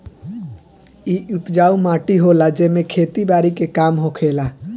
इ उपजाऊ माटी होला जेमे खेती बारी के काम होखेला